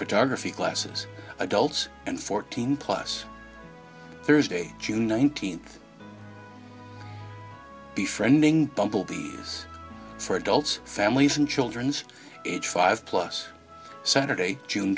photography classes adults and fourteen plus thursday june nineteenth be friending bumblebees for adults families and children's age five plus saturday june